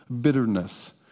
bitterness